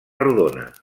rodona